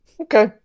okay